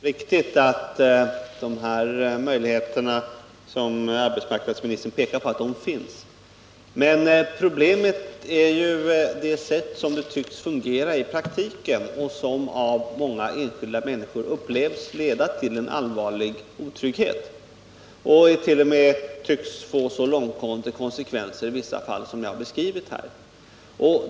Herr talman! Det är naturligtvis riktigt att de möjligheter finns som arbetsmarknadsministern här pekar på. Men problemet är det sätt på vilket systemet tycks fungera i praktiken, vilket av många enskilda människor upplevs leda till allvarlig otrygghet och i vissa fall t.o.m. tycks kunna få så långtgående konsekvenser som dem jag har beskrivit här.